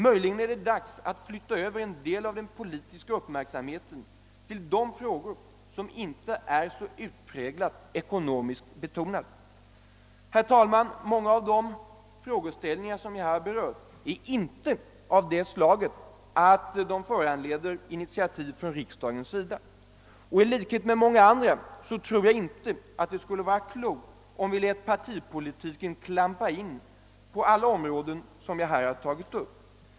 Möjligen är det dags att flytta över en del av den politiska uppmärksamheten till de frågor som inte är så utpräglat ekonomiskt betonade. Herr talman! Många av de frågeställningar jag har berört är inte av det slaget att de föranleder initiativ från riksdagens sida. I likhet med många andra tror jag att det inte skulle vara klokt om vi läte partipolitiken klampa in på alla de områden som jag här tagit upp.